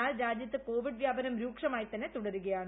എന്നാൽ രാജ്യത്ത് കോവിഡ് വ്യാപനം രൂക്ഷമായി തന്നെ തുടരുകയാണ്